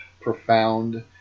profound